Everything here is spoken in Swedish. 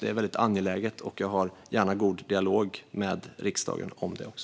Det är väldigt angeläget, och jag har gärna god dialog med riksdagen om det också.